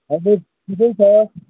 हजुर ठिकै छ